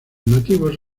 nativos